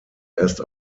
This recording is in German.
erst